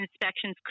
inspections